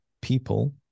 people